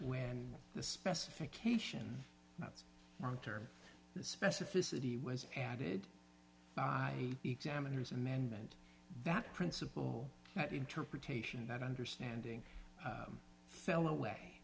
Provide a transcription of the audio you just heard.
when the specification that's wrong term the specificity was added by the examiners amendment that principle that interpretation that understanding fell away